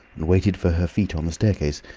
and waited for her feet on the staircase,